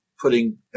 putting